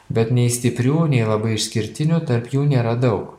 bet nei stiprių nei labai išskirtinių tarp jų nėra daug